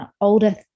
older